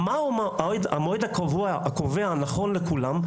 מה המועד הקובע לכולם,